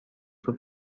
صبح